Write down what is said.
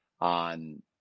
on